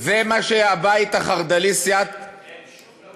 זה מה שהבית החרד"לי, סיעת, אין שום דבר